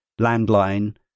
landline